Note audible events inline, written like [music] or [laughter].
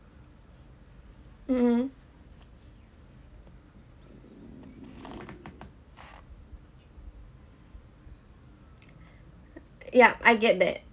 mmhmm [breath] ya I get that